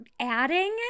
adding